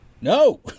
no